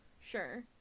Sure